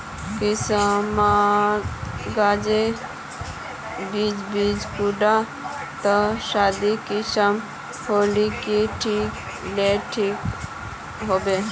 किसम गाज बीज बीज कुंडा त सादा किसम होले की कोर ले ठीक होबा?